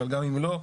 אבל גם אם לא,